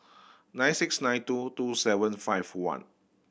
nine six nine two two seven five one